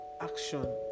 action